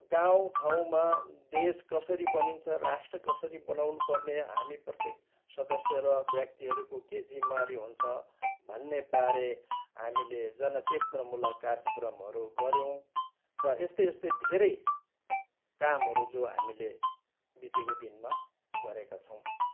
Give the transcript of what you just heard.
गाउँ ठाउँमा देश कसरी बनिन्छ र राष्ट्र कसरी बनाउनु पर्ने हामी प्रत्येक सदस्य र व्यक्तिहरूको के जिम्मेवारी हुन्छ भन्ने बारे हामीले जन चेतना मुलक कार्यक्रमहरू गऱ्यौँ र यस्तै यस्तै धेरै कामहरू जो हामीले बितेको दिनमा गरेका छौँ